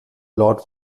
lord